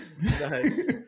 nice